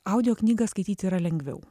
audio knygą skaityti yra lengviau